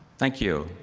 thank you.